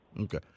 Okay